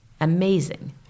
Amazing